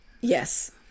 Yes